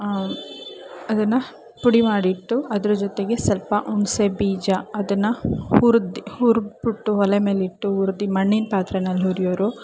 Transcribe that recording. ಅದನ್ನು ಪುಡಿ ಮಾಡಿಟ್ಟು ಅದ್ರ ಜೊತೆಗೆ ಸ್ವಲ್ಪ ಹುಣ್ಸೆ ಬೀಜ ಅದನ್ನು ಹುರ್ದು ಹುರ್ದು ಬಿಟ್ಟು ಒಲೆಮೇಲಿಟ್ಟು ಹುರ್ದು ಮಣ್ಣಿನ ಪಾತ್ರೆಯಲ್ ಹುರಿಯೋರು